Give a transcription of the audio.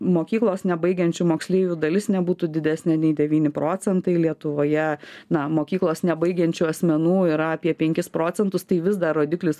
mokyklos nebaigiančių moksleivių dalis nebūtų didesnė nei devyni procentai lietuvoje na mokyklos nebaigiančių asmenų yra apie penkis procentus tai vis dar rodiklis